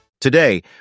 Today